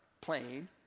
plane